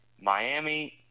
Miami